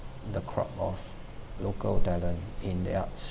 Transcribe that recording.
the crowd of local talent in the arts